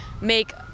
make